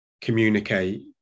communicate